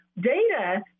data